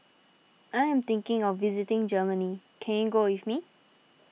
I am thinking of visiting Germany can you go with me